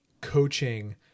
coaching –